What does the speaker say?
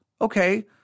Okay